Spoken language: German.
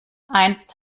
einst